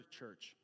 church